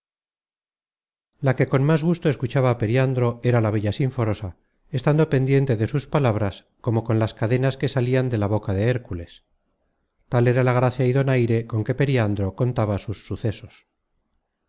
la que con más gusto escuchaba á periandro era la bella sinforosa estando pendiente de sus palabras como con las cadenas que salian de la boca de hércules tal era la gracia y donaire con que periandro contaba sus sucesos